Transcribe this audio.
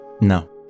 No